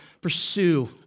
pursue